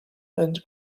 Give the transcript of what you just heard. and